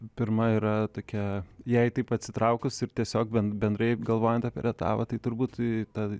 pirma yra tokia jei taip atsitraukus ir tiesiog bent bendrai galvojant apie rietavą tai turbūt ta